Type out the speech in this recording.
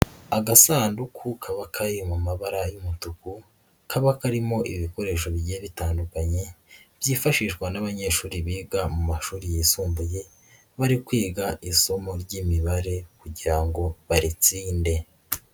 Agasanduku kaba kari mu mabara y'umutuku, kaba karimo ibikoresho bigiye bitandukanye byifashishwa n'abanyeshuri biga mu mashuri yisumbuye bari kwiga isomo ry'imibare kugira ngo baritsinde.